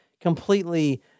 completely